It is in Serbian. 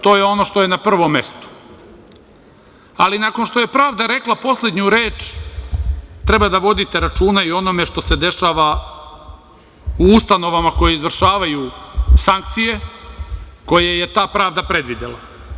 To je ono što je na prvom mestu, ali nakon što je pravda rekla poslednju reč, treba da vodite računa i o onome što se dešava u ustanovama koje izvršavaju sankcije koje je ta pravda predvidela.